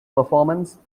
performance